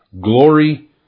Glory